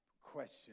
question